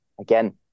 Again